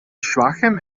schwachem